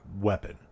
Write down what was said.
weapon